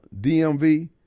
DMV